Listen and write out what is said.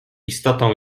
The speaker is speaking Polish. istotą